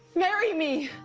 marry me.